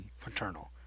paternal